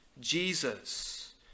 Jesus